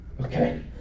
Okay